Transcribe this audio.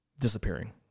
disappearing